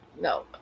no